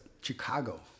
Chicago